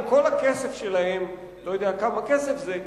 "עם כל הכסף שלהם" אני לא יודע כמה כסף זה,